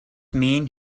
mean